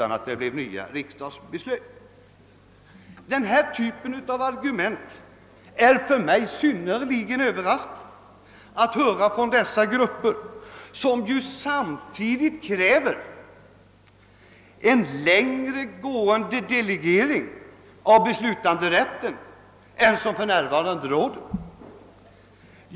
Jag är synnerligen överraskad att höra denna typ av argument framföras av dessa grupper som ju kräver en längre gående delegering av beslutanderätten än den nuvarande.